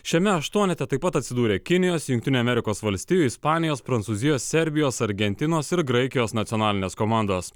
šiame aštuonete taip pat atsidūrė kinijos jungtinių amerikos valstijų ispanijos prancūzijos serbijos argentinos ir graikijos nacionalinės komandos